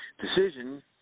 decision